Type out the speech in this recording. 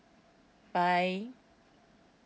bye